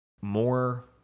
more